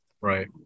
Right